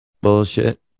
bullshit